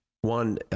one